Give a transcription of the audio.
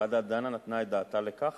הוועדה דנה, נתנה את דעתה על כך